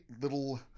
little